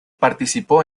participó